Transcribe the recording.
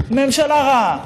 ממשלה רעה.